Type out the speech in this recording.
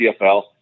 CFL